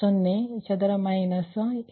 0 minus ಈ −0